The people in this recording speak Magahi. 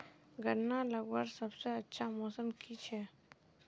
गन्ना लगवार सबसे अच्छा मौसम की छे?